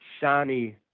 shiny